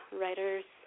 writers